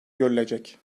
görülecek